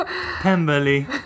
Pemberley